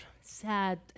sad